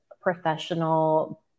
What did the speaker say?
professional